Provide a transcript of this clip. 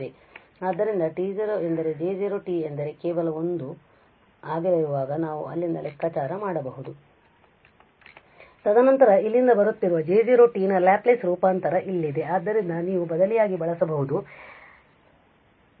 ಆದ್ದರಿಂದ t0 ಎಂದರೆ J0 ಎಂದರೆ ಕೇವಲ 1 ಆಗಲಿರುವಾಗ ನಾವು ಅಲ್ಲಿಂದ ಲೆಕ್ಕಾಚಾರ ಮಾಡಬಹುದು ತದನಂತರ ಇಲ್ಲಿಂದ ಬರುತ್ತಿರುವ J0ನ ಲ್ಯಾಪ್ಲೇಸ್ ರೂಪಾಂತರ ಇಲ್ಲಿದೆ ಆದ್ದರಿಂದ ನೀವು ಬದಲಿಯಾಗಿ ಬಳಸಬಹುದು ಈಗ